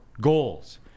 goals